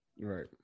Right